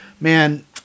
man